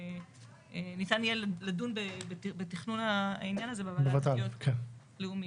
ניתן יהיה לדון בתכנון הענין הזה בוועדה לתשתיות לאומיות.